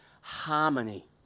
harmony